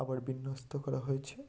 আবার বিন্যস্ত করা হয়েছে